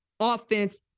Offense